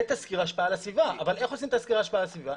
בתסקיר השפעה על הסביבה' אבל איך עושים תסקיר השפעה על הסביבה?